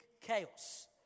chaos